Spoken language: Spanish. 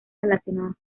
relacionadas